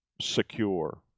secure